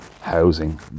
housing